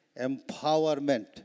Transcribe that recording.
empowerment